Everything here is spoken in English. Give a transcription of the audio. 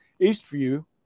Eastview